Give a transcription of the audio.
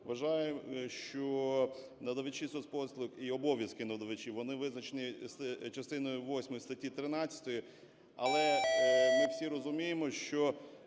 вважаю, що надавачі соцпослуг і обов'язки надавачів, вони визначенні часиною восьмою статті 13. Але ми всі розуміємо, що,